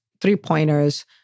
three-pointers